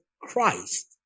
Christ